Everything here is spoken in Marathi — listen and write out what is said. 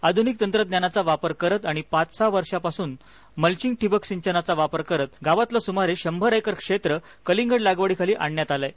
आधुनिक तंत्रज्ञानाचा वापर करत आणि पाच सहा वर्षांपासून मल्चिंग ठिबक सिंचनाचा वापर करत गावातल सुमारे शंभर एकर क्षेत्र कलिंगड लागवडीखाली आणण्यात आलय